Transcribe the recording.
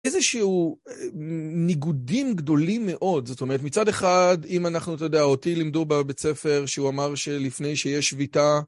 איזשהו ניגודים גדולים מאוד, זאת אומרת, מצד אחד, אם אנחנו, אתה יודע, אותי לימדו בבית ספר שהוא אמר שלפני שיש שביתה...